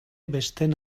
besteen